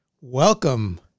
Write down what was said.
Welcome